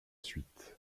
suite